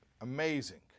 Amazing